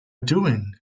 doing